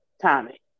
Tommy